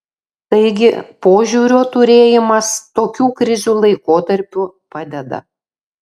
taigi požiūrio turėjimas tokių krizių laikotarpiu padeda